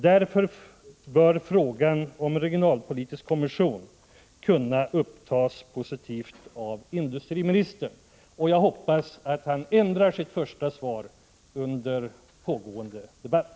Därför bör frågan om en regionalpolitisk kommission kunna upptas positivt av industriministern. Jag hoppas att han ändrar sitt första svar under pågående debatt.